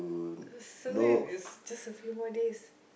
it's just a few more days